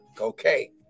Okay